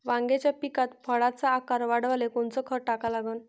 वांग्याच्या पिकात फळाचा आकार वाढवाले कोनचं खत टाका लागन?